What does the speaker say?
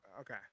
Okay